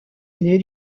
aîné